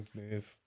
move